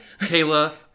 Kayla